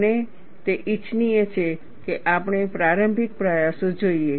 અને તે ઇચ્છનીય છે કે આપણે પ્રારંભિક પ્રયાસો જોઈએ